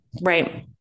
right